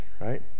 right